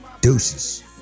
Deuces